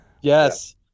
Yes